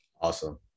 Awesome